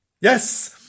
Yes